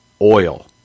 oil